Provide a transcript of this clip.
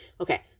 okay